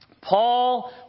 Paul